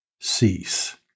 cease